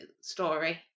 story